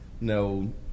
no